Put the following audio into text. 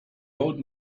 old